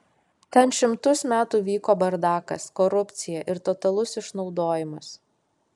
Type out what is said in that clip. ten šimtus metų vyko bardakas korupcija ir totalus išnaudojimas